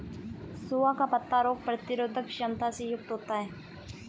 सोआ का पत्ता रोग प्रतिरोधक क्षमता से युक्त होता है